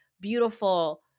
beautiful